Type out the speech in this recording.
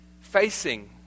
facing